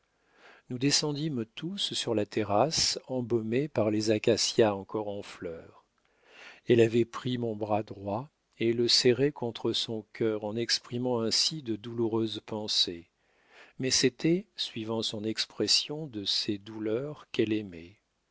nous descendîmes tous sur la terrasse embaumée par les acacias encore en fleurs elle avait pris mon bras droit et le serrait contre son cœur en exprimant ainsi de douloureuses pensées mais c'était suivant son expression de ces douleurs qu'elle aimait